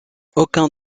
aucun